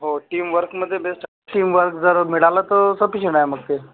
हो टीमवर्कमध्ये best teamwork जर मिळालं तर सफीशण आहे मग ते